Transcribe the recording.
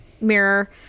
mirror